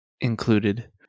included